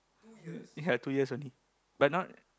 ya two years only but now